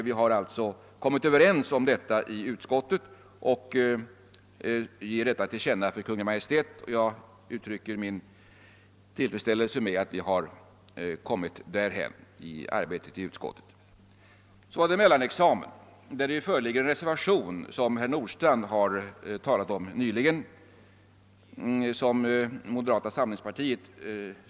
Vi har alltså kommit överens härom i utskottet och beslutat ge det till känna för Kungl. Maj:t, vilket jag vill uttrycka min tillfredsställelse över. Beträffande mellanexamen föreligger en moderat reservation, som herr Nordstrandh nyligen talat om.